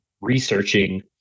researching